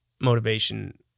Motivation